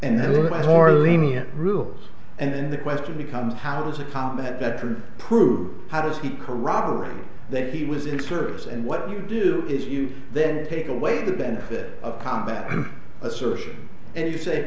horror lenient rules and then the question becomes how does a combat veteran prove how does he corroborate that he was in service and what you do is you then take away the benefit of combat assertion and you say